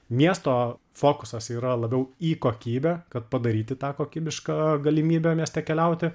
miesto fokusas yra labiau į kokybę kad padaryti tą kokybišką galimybę mieste keliauti